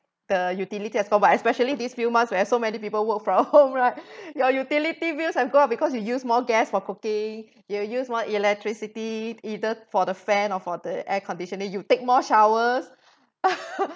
the utility as well but especially these few months where so many people work from home right your utility bills have go up because you use more gas for cooking you use more electricity either for the fan or for the air conditioning you take more showers